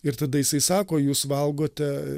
ir tada jisai sako jūs valgote